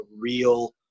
real